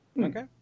Okay